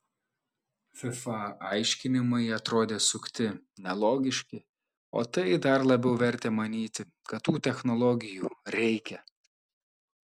fifa aiškinimai atrodė sukti nelogiški o tai dar labiau vertė manyti kad tų technologijų reikia